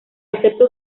excepto